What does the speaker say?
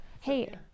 hey